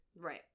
Right